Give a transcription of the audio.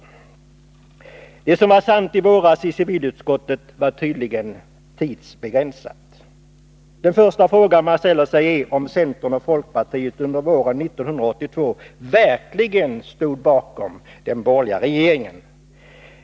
Det politiska åtgärder som var sant i våras i civilutskottet var tydligen tidsbegränsat. Den första m.m. verkligen stod bakom den borgerliga regeringen.